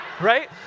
right